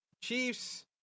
Chiefs